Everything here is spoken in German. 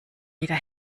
wieder